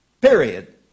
Period